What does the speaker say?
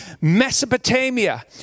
Mesopotamia